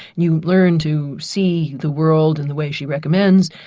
you learn to see the world in the way she recommends,